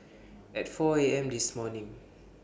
At four A M This morning